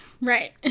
Right